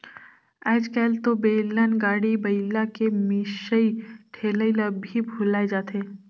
आयज कायल तो बेलन, गाड़ी, बइला के मिसई ठेलई ल भी भूलाये जाथे